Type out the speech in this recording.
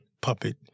puppet